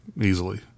Easily